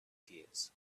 tears